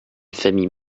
famille